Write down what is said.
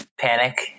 panic